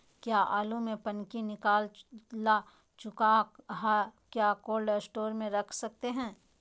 क्या आलु में पनकी निकला चुका हा क्या कोल्ड स्टोरेज में रख सकते हैं?